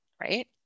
right